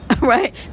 Right